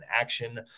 action